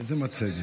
איזו מצגת?